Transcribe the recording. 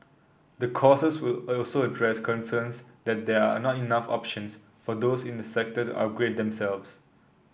the courses will also address concerns that there are not enough options for those in the sector the are upgrade themselves